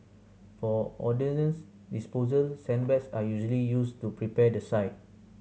for ordnance disposal sandbags are usually used to prepare the site